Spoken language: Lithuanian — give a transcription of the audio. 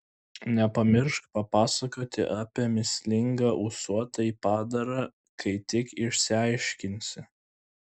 nepamiršk papasakoti apie mįslingą ūsuotąjį padarą kai tik išsiaiškinsi